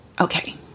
okay